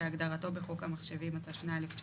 כהגדרתו בחוק המחשבים,